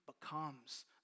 becomes